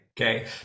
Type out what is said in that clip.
okay